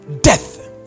death